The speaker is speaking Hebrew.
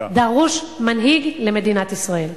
דרוש מנהיג למדינת ישראל.